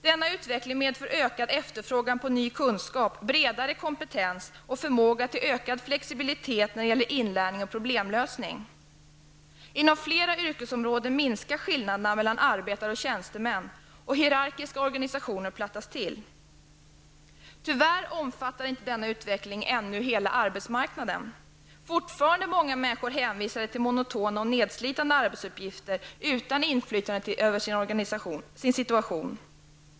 Denna utveckling medför ökad efterfrågan på ny kunskap, bredare kompetens och förmåga till ökad flexibilitet när det gäller inlärning och problemlösning. Inom flera yrkesområden minskar skillnaderna mellan arbetare och tjänstemän, och hierarkiska organisationer plattas till. Tyvärr omfattar denna utveckling ännu inte hela arbetsmarknaden. Fortfarande är många människor hänvisade till monotona och nedslitande arbetsuppgifter utan inflytande över sin situation.